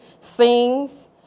sings